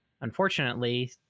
unfortunately